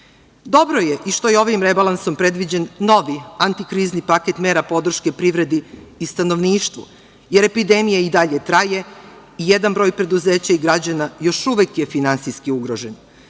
je i što je ovim rebalansom predviđen novi antikrizni paket mera podrške privredi i stanovništvu, jer epidemija i dalje traje i jedan broj preduzeća i građana još uvek je finansijski ugrožen.